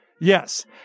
Yes